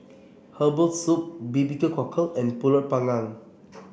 Herbal Soup B B Q Cockle and pulut Panggang